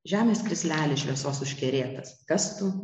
žemės krisleli šviesos užkerėtas kas tu